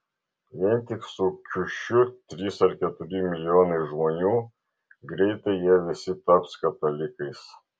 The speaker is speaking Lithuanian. vien tik su kiušiu trys ar keturi milijonai žmonių greitai jie visi taps katalikais